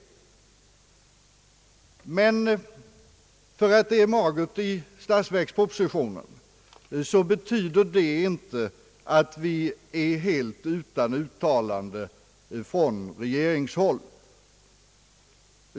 Men att det är magert i statsverkspropositionen betyder inte att vi är helt utan uttalande från regeringshåll.